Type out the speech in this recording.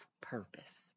purpose